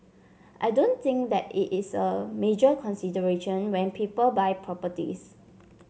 i don't think that is a major consideration when people buy properties